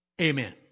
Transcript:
Amen